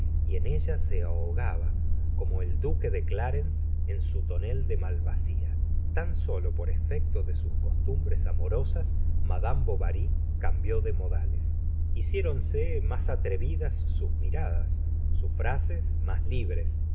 y en ella se ahogaba como el duque de clarens en su tonel de malvasía tan solo por efecto de sus costumbres amorosas mad bovary cambió de modales hiciéronse más j atrevidas sus miradas sus frases más libres